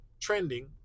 Trending